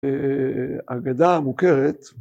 אגדה מוכרת